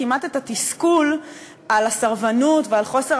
כמעט את התסכול על הסרבנות ועל חוסר